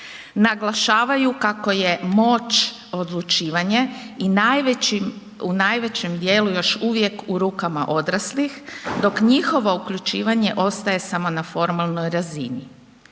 naglašavaju kako je moć odlučivanje i u najvećem dijelu još uvijek u rukama odraslih dok njihovo uključivanje ostaje samo na formalnoj razini.